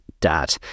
dad